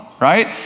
Right